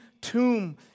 tomb